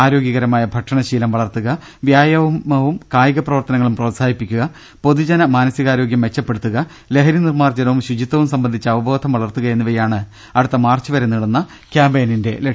ആ രോഗ്യകരമായ ഭക്ഷണശീലം വളർത്തുക വ്യായാമവും കായിക പ്രവർത്ത നങ്ങളും പ്രോത്സാഹിപ്പിക്കുക പൊതുജന മാനസികാരോഗ്യം മെച്ചപ്പെടു ത്തുക ലഹരി നിർമാർജനവും ശുചിത്വവും സംബന്ധിച്ച അവബോധം വ ളർത്തുക എന്നിവയാണ് അടുത്ത മാർച്ച് വരെ നീളുന്ന ക്യാമ്പയിനിന്റെ ല ക്ഷ്യം